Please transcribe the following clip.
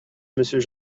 monsieur